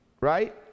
right